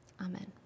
Amen